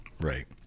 Right